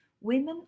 Women